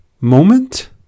moment